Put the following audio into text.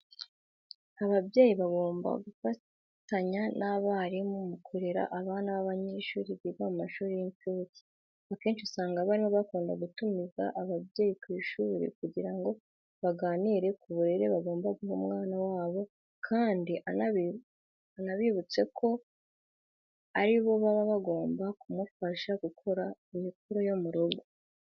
Ababyeyi bagomba gufatanya n'abarimu mu kurera abana b'abanyeshuri biga mu mashuri y'incuke. Akenshi usanga abarimu bakunda gutumiza ababyeyi ku ishuri kugira ngo baganire ku burere bagomba guha umwana wabo kandi anabibutse ko ari bo baba bagomba kumufasha gukora imikoro yo mu rugo.